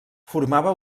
formava